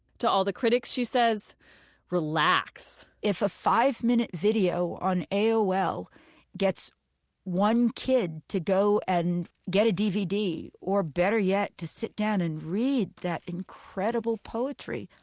to all the critics she says relax if a five-minute video on aol gets one kid to go and get a dvd or better yet to sit down and read that incredible poetry,